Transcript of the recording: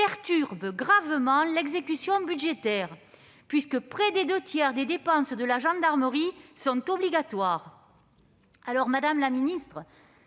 perturbent gravement l'exécution budgétaire, puisque près des deux tiers des dépenses de la gendarmerie sont obligatoires. M. le ministre,